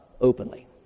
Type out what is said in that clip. openly